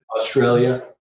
Australia